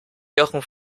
jochen